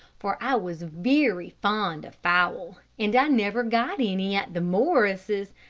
for i was very fond of fowl, and i never got any at the morrises',